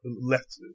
left